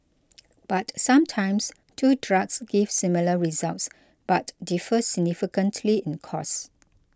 but sometimes two drugs give similar results but differ significantly in costs